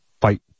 fight